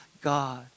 God